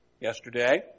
yesterday